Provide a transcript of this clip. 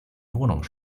wohnung